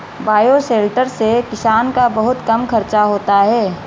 bioshelter से किसान का बहुत कम खर्चा होता है